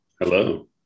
Hello